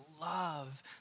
love